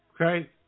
Okay